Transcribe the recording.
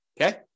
okay